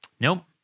nope